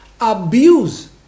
Abuse